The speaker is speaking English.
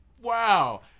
wow